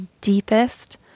deepest